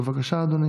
בבקשה, אדוני,